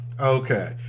Okay